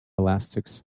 elastics